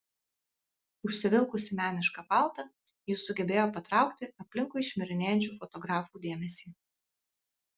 užsivilkusi menišką paltą ji sugebėjo patraukti aplinkui šmirinėjančių fotografų dėmesį